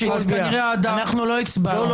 אנחנו לא הצבענו כך.